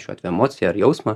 šiuo atveju emociją ar jausmą